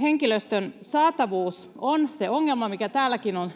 Henkilöstön saatavuus on se ongelma, mikä täälläkin on